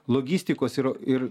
logistikos ir ir